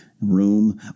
room